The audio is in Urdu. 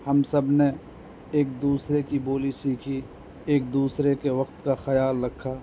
ہم سب نے ایک دوسرے کی بولی سیکھی ایک دوسرے کے وقت کا خیال رکھا